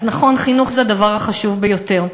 אז נכון, חינוך זה הדבר החשוב ביותר,